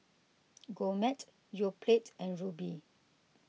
Gourmet Yoplait and Rubi